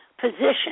position